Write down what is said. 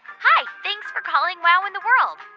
hi. thanks for calling wow in the world.